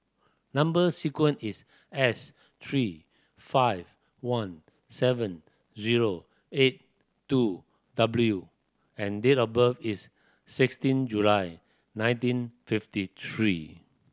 number sequence is S three five one seven zero eight two W and date of birth is sixteen July nineteen fifty three